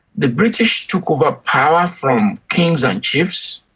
the british took over power from kings and chiefs.